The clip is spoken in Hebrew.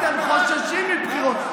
אתם חוששים מבחירות.